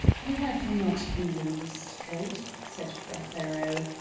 you have not been in the street, said prothero.